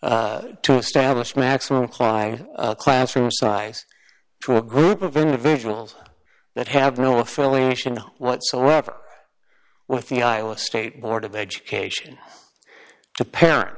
rules to establish maximum klyde classroom size to a group of individuals that have no affiliation whatsoever with the iowa state board of education to parents